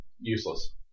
useless